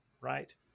right